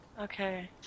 Okay